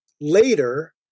later